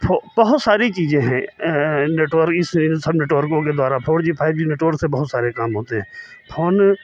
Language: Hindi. बहुत सारी चीज़ें हैं नेटवर्क इस सब नेटवर्कों के द्वारा four G five G network से बहुत सारे काम होते हैं फोन